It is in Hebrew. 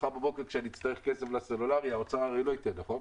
מחר בבוקר כאשר אצטרך כסף לסלולרי משרד האוצר הרי לא ייתן אותו.